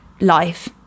life